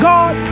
God